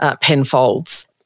Penfolds